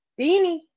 Beanie